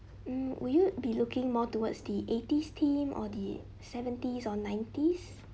hmm would you be looking more towards the eighties theme or the seventies or nineties